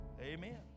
Amen